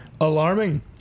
alarming